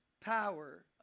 power